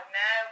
no